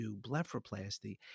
blepharoplasty